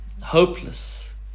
Hopeless